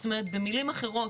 זאת אומרת, במילים אחרות,